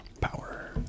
power